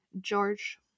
George